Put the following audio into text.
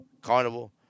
Carnival